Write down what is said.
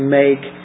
make